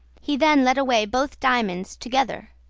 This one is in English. he then led away both diamonds together.